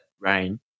rain